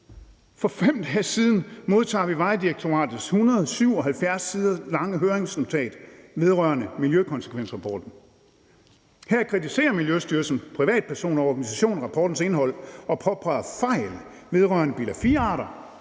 for 5 dage siden, modtog vi Vejdirektoratets 177 siders lange høringsnotat vedrørende miljøkonsekvensrapporten. Her kritiserer Miljøstyrelsen, privatpersoner og organisationer rapportens indhold og påpeger fejl vedrørende bilag IV-arter,